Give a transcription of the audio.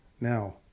now